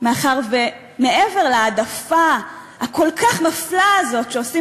מאחר שמעבר להעדפה הכל-כך מפלה הזו שעושים